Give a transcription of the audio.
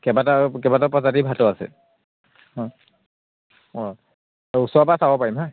কেইবাটাৰ কেইবাটাও প্ৰজাতি ভাটৌ আছে অঁ অঁ ওচৰৰ পৰা চাব পাৰিম হা